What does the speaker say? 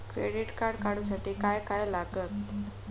Credit card काढूसाठी काय काय लागत?